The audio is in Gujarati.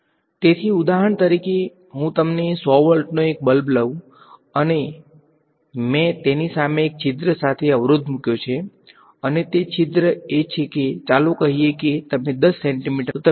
તેથી ઉદાહરણ તરીકે હું તમને 100 વોટનો એક બલ્બ લઉં છું અને મેં તેની સામે એક છિદ્ર મૂક્યો છે અને તે છિદ્ર એ છે કે ચાલો કહીએ કે તમે 10 સેન્ટિમીટર લિધુ છો